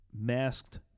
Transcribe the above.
masked